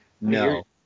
no